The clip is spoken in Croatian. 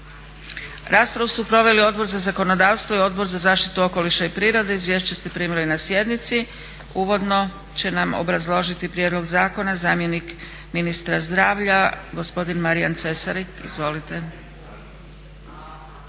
Raspravu su proveli Odbor za zakonodavstvo i Odbor za zaštitu okoliša i prirode. Izvješća ste primili na sjednici. Uvodno će nam obrazložiti prijedlog zakona zamjenik ministra zdravlja gospodin Marijan Cesarik. Izvolite.